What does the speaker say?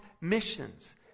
missions